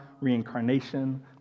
reincarnation